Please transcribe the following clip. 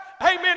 Amen